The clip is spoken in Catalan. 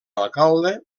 alcalde